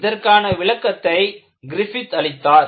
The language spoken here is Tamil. இதற்கான விளக்கத்தை கிரிஃபித் அளித்தார்